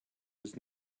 was